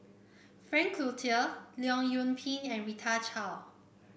Frank Cloutier Leong Yoon Pin and Rita Chao